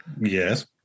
Yes